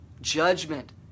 Judgment